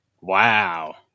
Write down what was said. Wow